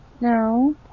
No